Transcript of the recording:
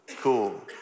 Cool